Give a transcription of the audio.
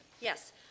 Yes